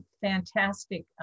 fantastic